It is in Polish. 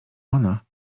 ona